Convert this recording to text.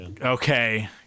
Okay